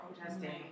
protesting